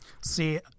see